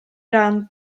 ran